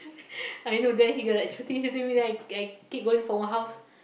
I know then he got like shooting shooting me then I I keep going from one house